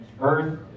earth